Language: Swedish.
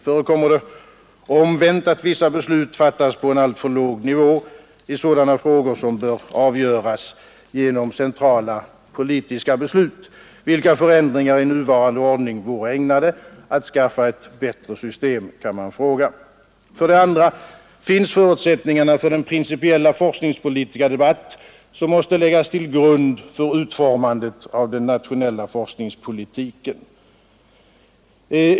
Förekommer det omvänt att vissa beslut fattas på en alltför låg nivå i sådana frågor som bör avgöras genom centrala politiska beslut? Vilka förändringar i nuvarande ordning vore ägnade att skaffa ett bättre system? i 2. Finns förutsättningarna för den principiella forskningspolitiska debatt som måste läggas till grund för utformandet av den nationella forskningspolitiken?